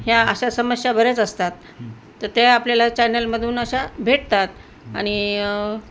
ह्या अशा समस्या बऱ्याच असतात तर ते आपल्याला चॅनलमधून अशा भेटतात आणि